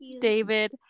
david